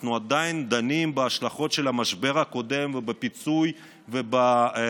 אנחנו עדיין דנים בהשלכות של המשבר הקודם ובפיצוי ובשיפוי,